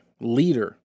leader